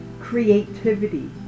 creativity